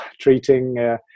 treating